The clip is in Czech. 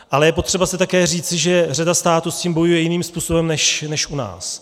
Ale je potřeba si také říci, že řada států s tím bojuje jiným způsobem než u nás.